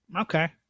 Okay